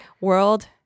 world